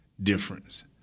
difference